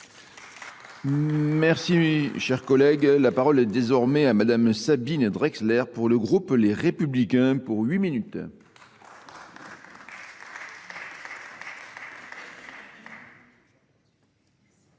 Merci chers collègues. La parole est désormais à madame Sabine Drexler pour le groupe Les Républicains pour 8 minutes.